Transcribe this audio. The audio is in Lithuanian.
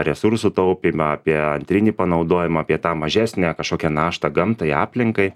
resursų taupymą apie antrinį panaudojimą apie tą mažesnę kažkokią naštą gamtai aplinkai